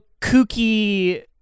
kooky